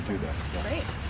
Great